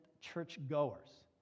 churchgoers